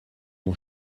mon